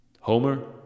Homer